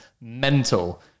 mental